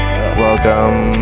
Welcome